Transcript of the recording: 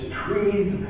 trees